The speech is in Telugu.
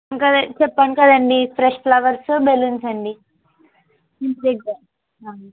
ఇంకా లే చెప్పాను కదండి ఫ్రెష్ ఫ్లవర్సు బెలూన్స్ అండి ఇంటి దగ్గర